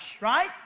right